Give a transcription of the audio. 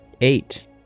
Eight